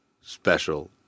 special